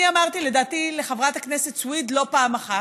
אני אמרתי, לדעתי, לחברת הכנסת סויד לא פעם אחת,